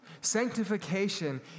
Sanctification